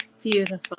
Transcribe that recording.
Beautiful